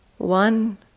One